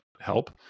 help